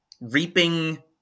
reaping